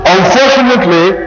Unfortunately